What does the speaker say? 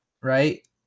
right